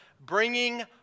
bringing